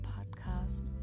Podcast